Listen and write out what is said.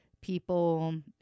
people